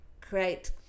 create